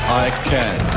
i can